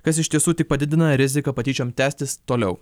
kas iš tiesų tik padidina riziką patyčiom tęstis toliau